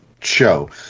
show